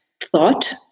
thought